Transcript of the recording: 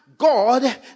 god